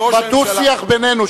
בדו-שיח בינינו,